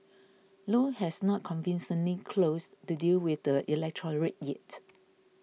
Low has not convincingly closed the deal with the electorate yet